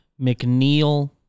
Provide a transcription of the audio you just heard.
McNeil